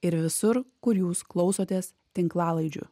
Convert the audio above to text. ir visur kur jūs klausotės tinklalaidžių